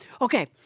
Okay